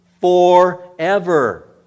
forever